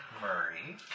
Murray